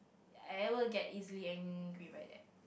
I will get easily angry by that